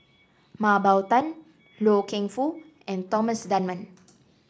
Mah Bow Tan Loy Keng Foo and Thomas Dunman